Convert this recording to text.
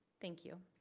thank you.